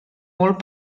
molt